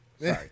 sorry